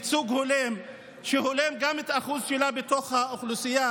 ייצוג הולם שהולם גם את האחוז שלה בתוך האוכלוסייה,